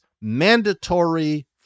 mandatory